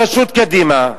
בראשות קדימה,